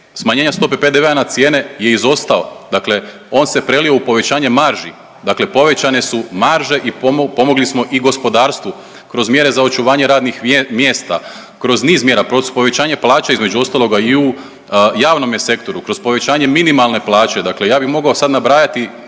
smanjenja stope PDV-a na cijene je izostao. Dakle, on se prelio u povećanje marži. Dakle, povećane su marže i pomogli smo i gospodarstvu kroz mjere za očuvanje radnih mjesta, kroz niz mjera, povećanje plaća između ostaloga i u javnome sektoru, kroz povećanje minimalne plaće, dakle ja bi mogao sad nabrajati